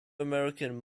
american